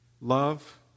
love